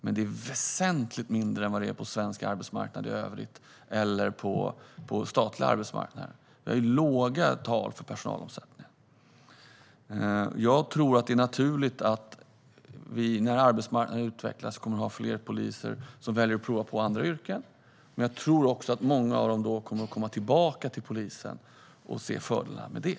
Men det är väsentligt lägre än på svensk arbetsmarknad i övrigt eller på den statliga arbetsmarknaden. Det är låga tal på personalomsättningen. Jag tror att det, när arbetsmarknaden utvecklas, kommer att bli naturligt att fler poliser väljer att prova andra yrken. Men jag tror också att många av dem kommer att komma tillbaka till polisen och se fördelarna med det.